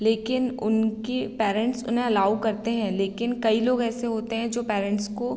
लेकिन उनके पैरेंट्स उन्हें अलाओ करते हैं लेकिन कई लोग ऐसे होते हैं जो पैरेंट्स को